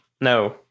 no